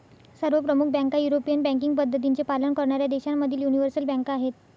सर्व प्रमुख बँका युरोपियन बँकिंग पद्धतींचे पालन करणाऱ्या देशांमधील यूनिवर्सल बँका आहेत